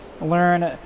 learn